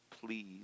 Please